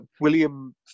William